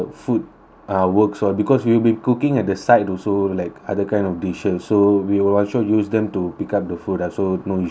uh works all because we will be cooking at the side also like other kind of dishes so we will also use them to pick up the food ah so no issues